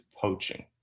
poaching